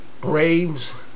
Braves